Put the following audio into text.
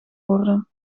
worden